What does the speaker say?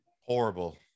Horrible